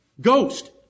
Ghost